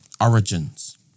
origins